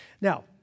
Now